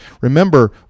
remember